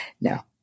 no